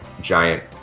giant